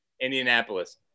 Indianapolis